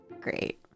great